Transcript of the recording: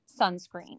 sunscreen